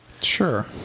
Sure